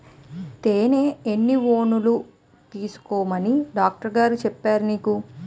తేనె ఎన్ని ఔన్సులు తీసుకోమని డాక్టరుగారు చెప్పారు నీకు